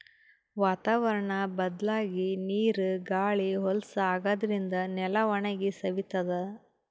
ವಾತಾವರ್ಣ್ ಬದ್ಲಾಗಿ ನೀರ್ ಗಾಳಿ ಹೊಲಸ್ ಆಗಾದ್ರಿನ್ದ ನೆಲ ಒಣಗಿ ಸವಿತದ್